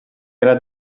della